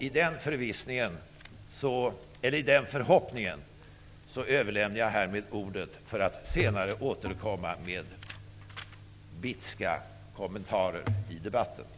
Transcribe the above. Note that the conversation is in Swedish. I den förvissningen och förhoppningen lämnar jag härmed ordet vidare, för att senare återkomma med bitska kommentarer i debatten.